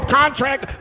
contract